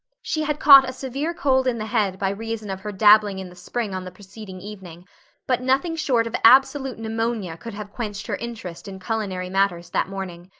she had caught a severe cold in the head by reason of her dabbling in the spring on the preceding evening but nothing short of absolute pneumonia could have quenched her interest in culinary matters that morning.